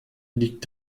liegt